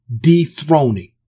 dethroning